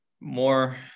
more